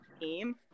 team